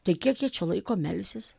tai kiek jie čia laiko melsis